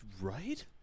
right